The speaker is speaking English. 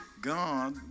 God